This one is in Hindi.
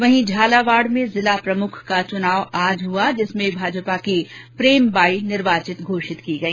वहीं झालावाड़ में जिला प्रमुख का चुनाव आज हुआ जिसमें भाजपा की प्रेम बाई निर्वाचित घोषित की गई